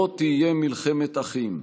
לא תהיה מלחמת אחים.